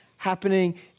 happening